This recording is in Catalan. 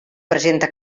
presenta